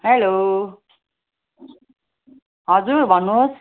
hello हजुर भन्नु होस्